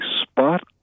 spot